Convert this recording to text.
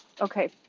Okay